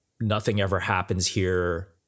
nothing-ever-happens-here